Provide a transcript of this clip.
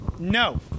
no